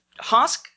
Hosk